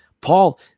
Paul